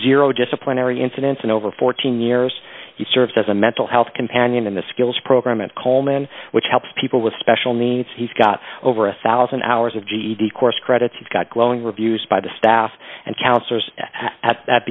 zero disciplinary incidents in over fourteen years he serves as a mental health companion in the skills program at coleman which helps people with special needs he's got over a one thousand hours of ged course credits he's got glowing reviews by the staff and counselors at